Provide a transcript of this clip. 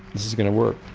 this is going to work,